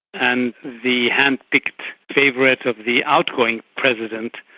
and the hand-picked favourite of the outgoing president,